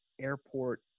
airport